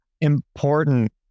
important